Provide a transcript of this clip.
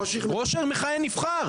ראש עיר מכהן נבחר.